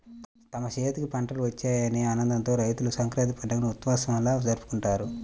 తమ చేతికి పంటలు వచ్చాయనే ఆనందంతో రైతులు సంక్రాంతి పండుగని ఉత్సవంలా జరుపుకుంటారు